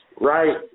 right